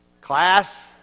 Class